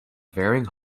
varying